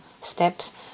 steps